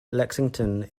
lexington